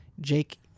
Jake